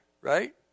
right